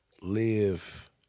live